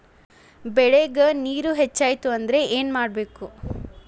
ಬೆಳೇಗ್ ನೇರ ಹೆಚ್ಚಾಯ್ತು ಅಂದ್ರೆ ಏನು ಮಾಡಬೇಕು?